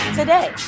today